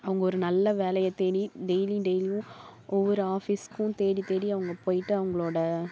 அவங்க ஒரு நல்ல வேலையை தேடி டெய்லி டெய்லியும் ஒவ்வொரு ஆஃபீஸ்க்கும் தேடித்தேடி அவங்க போயிட்டு அவங்களோட